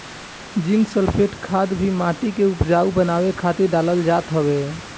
zinc sulphate खाद भी माटी के उपजाऊ बनावे खातिर डालल जात हवे